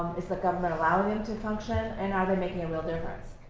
is the government allowing them to function and are they making a real difference?